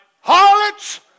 harlots